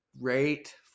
rate